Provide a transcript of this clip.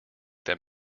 them